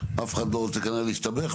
אף אחד לא רוצה כנראה להסתבך,